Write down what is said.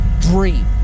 dream